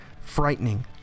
frightening